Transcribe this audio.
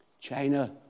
China